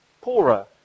poorer